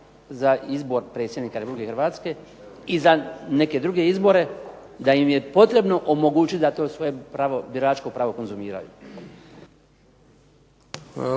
za izbor predsjednika RH i za neke druge izbore da im je potrebno omogućiti da to svoje pravo, biračko pravo, konzumiraju.